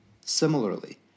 similarly